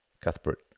Cuthbert